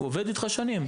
הוא עובד איתך שנים.